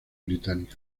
británico